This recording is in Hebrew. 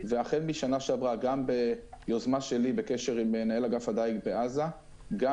והחל משנה שעברה גם ביוזמה שלי בקשר עם מנהל אגף הדייג בעזה גם